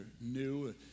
new